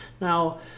Now